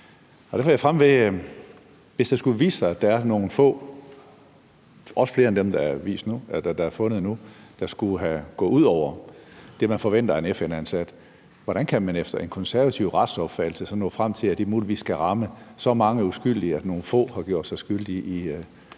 Hvis det skulle vise sig, at der er nogle få, også flere end dem, der er fundet nu, der skulle have gået ud over det, man forventer af en FN-ansat, hvordan kan man efter en konservativ retsopfattelse så nå frem til, at det muligvis skal ramme så mange uskyldige, fordi nogle få har gjort sig skyldige i eksempelvis